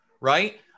right